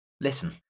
Listen